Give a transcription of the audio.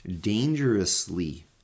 dangerously